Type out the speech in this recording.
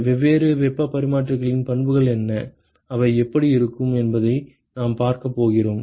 வெவ்வேறு வெப்பப் பரிமாற்றிகளின் பண்புகள் என்ன அவை எப்படி இருக்கும் என்பதை நாம் பார்க்கப் போகிறோம்